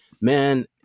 man